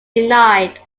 denied